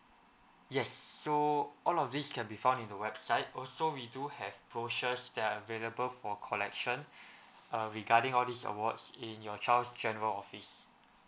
yes so all of these can be found in the website also we do have brochures that are available for collection err regarding all these awards in your child's general office